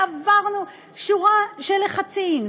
עברנו שורה של לחצים,